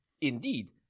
indeed